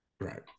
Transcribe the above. Right